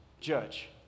judge